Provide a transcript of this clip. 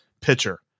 pitcher